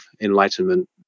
enlightenment